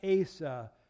Asa